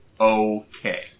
Okay